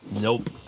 Nope